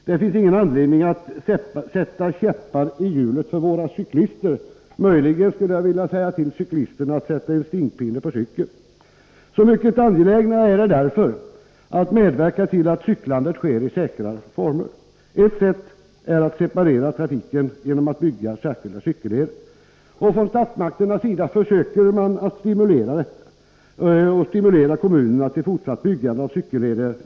Det finns ingen anledning att sätta käppar i hjulet för våra cyklister. Möjligen skulle jag vilja säga till cyklisterna att sätta en stingpinne på cykeln. Eftersom cykelåkandet ökar är det angeläget att medverka till att det sker i säkrare former. Ett sätt är att separera trafiken genom att bygga särskilda cykelleder. Från statsmakternas sida försöker man genom särskilda investeringsbidrag stimulera kommunerna till fortsatt byggande av cykelleder.